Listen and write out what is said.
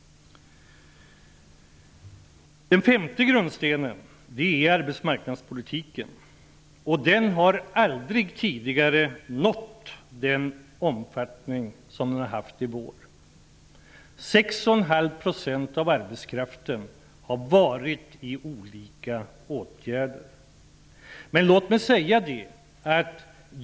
Den femte grundstenen är arbetsmarknadspolitiken. Den har aldrig tidigare haft den omfattning som den har haft i vår. 6,5 % av arbetskraften har befunnit sig i olika åtgärder.